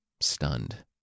stunned